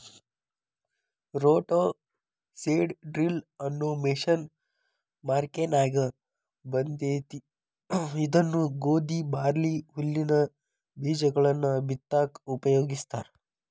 roto seed drill ಅನ್ನೋ machine ಮಾರ್ಕೆನ್ಯಾಗ ಬಂದೇತಿ ಇದನ್ನ ಗೋಧಿ, ಬಾರ್ಲಿ, ಹುಲ್ಲಿನ ಬೇಜಗಳನ್ನ ಬಿತ್ತಾಕ ಉಪಯೋಗಸ್ತಾರ